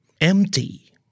Empty